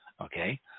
okay